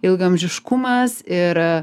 ilgaamžiškumas ir